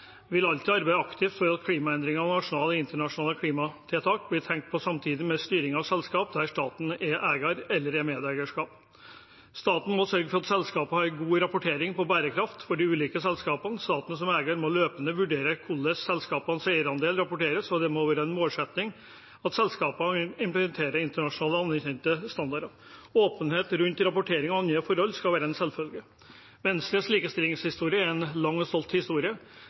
vil alltid arbeide aktivt for at klimaendringer og nasjonale og internasjonale klimatiltak blir tenkt på samtidig med styring av selskap der staten er eier eller medeier. Staten må sørge for at de ulike selskapene har god rapportering når det gjelder bærekraft. Staten som eier må løpende vurdere hvordan selskapenes eierandel rapporteres, og det må være en målsetting at selskapene implementerer internasjonale anerkjente standarder. Åpenhet rundt rapportering av nye forhold skal være en selvfølge. Venstres likestillingshistorie er en lang og stolt historie.